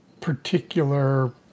particular